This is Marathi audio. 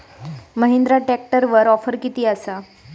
महिंद्रा ट्रॅकटरवर ऑफर किती आसा?